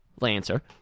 Lancer